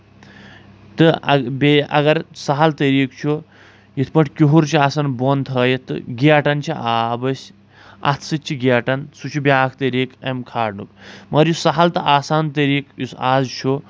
تہٕ بیٚیہِ اَگر سہل طٔریٖقہٕ چھُ یِتھ پٲٹھۍ کِہر چھُ آسان بۄن تھٲوِتھ تہٕ گیٹان چھِ آب أسۍ اَتھٕ سۭتۍ چھِ گیٹان سُہ چھُ بیاکھ طٔریٖقہٕ اَمہِ کھارنُک مَگر یُس سہل تہٕ آسان طٔریٖقہٕ یُس آز چھُ